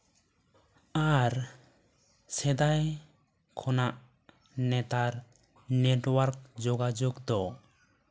ᱟᱨ ᱥᱮᱫᱟᱭ ᱠᱷᱚᱱᱟᱜ ᱱᱮᱛᱟᱨ ᱱᱮᱴ ᱳᱣᱟᱨᱠ ᱡᱳᱜᱟᱡᱳᱜ ᱫᱚ